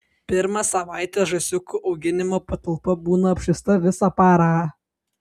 pirmą savaitę žąsiukų auginimo patalpa būna apšviesta visą parą